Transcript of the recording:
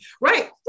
Right